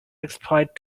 exploit